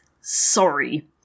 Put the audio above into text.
Sorry